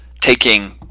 taking